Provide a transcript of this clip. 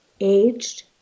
aged